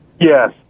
Yes